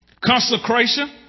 consecration